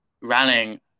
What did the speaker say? rallying